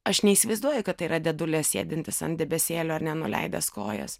aš neįsivaizduoju kad tai yra dėdulė sėdintis ant debesėlio ar ne nuleidęs kojas